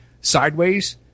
sideways